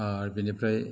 आरो बेनिफ्राय